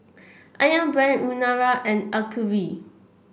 ayam Brand Urana and Acuvue